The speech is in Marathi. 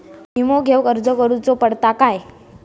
विमा घेउक अर्ज करुचो पडता काय?